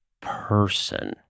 person